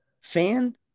fan